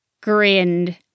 grinned